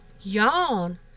yawn